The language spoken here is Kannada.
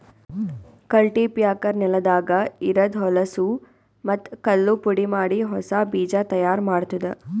ಕಲ್ಟಿಪ್ಯಾಕರ್ ನೆಲದಾಗ ಇರದ್ ಹೊಲಸೂ ಮತ್ತ್ ಕಲ್ಲು ಪುಡಿಮಾಡಿ ಹೊಸಾ ಬೀಜ ತೈಯಾರ್ ಮಾಡ್ತುದ